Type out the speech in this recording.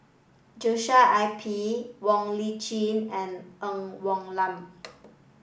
Joshua I P Wong Lip Chin and Ng Woon Lam